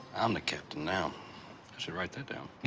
i'm the captain now. i should write that down.